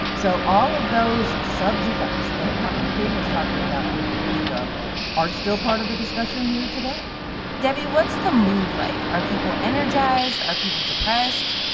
so all of those subjects that dr. king was talking about fifty years ago are still part of the discussion here today debbie, what's the mood like? are people energized? are people depressed?